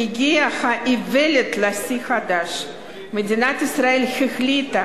הגיע האיוולת לשיא חדש: מדינת ישראל החליטה